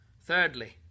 Thirdly